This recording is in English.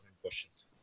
questions